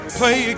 play